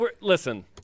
Listen